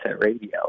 radio